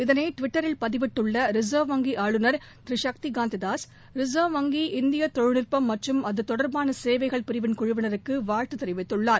இதனை டுவிட்டரில் பதிவிட்டுள்ள ரிசர்வ் வங்கி ஆளுநர் திரு சக்திகாந்ததாஸ் ரிசர்வ் வங்கி இந்திய தொழில்நுட்பம் மற்றும் அது தொடர்பான சேவைகள் பிரிவின் குழுவினருக்கு வாழ்த்து தெரிவித்துள்ளார்